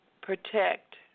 protect